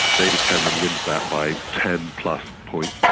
david cameron wins that by ten plus points.